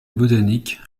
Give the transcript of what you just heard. botanique